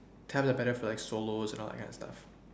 tabs are better for like solos and that kind of stuff